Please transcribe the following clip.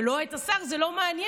ואת השר זה לא מעניין,